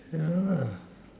yeah